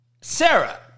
Sarah